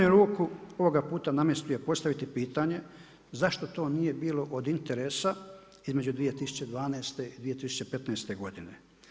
ruku ovoga puta na mjestu je postaviti pitanje zašto to nije bilo od interesa između 2012. i 2015. godine.